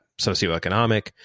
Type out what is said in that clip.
socioeconomic